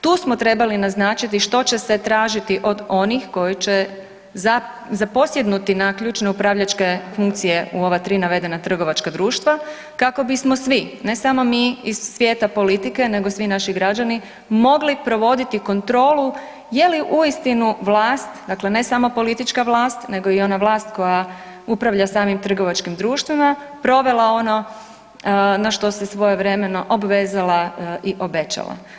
Tu smo trebali naznačiti što će se tražiti od onih koji će zaposjednuti na ključne upravljačke funkcije u ova tri navedena trgovačka društva kako bismo svi ne samo mi iz svijeta politike, nego svi naši građani mogli provoditi kontrolu je li uistinu vlast, dakle ne samo politička vlast, nego i ona vlast koja upravlja samim trgovačkim društvima provela ono na što se svojevremeno obvezala i obećala.